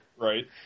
Right